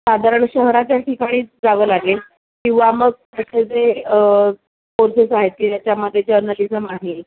साधारण शहराच्या ठिकाणीच जावं लागेल किंवा मग त्याचे जे कोर्सेस आहेत याच्यामध्ये जर्नलिजम आहे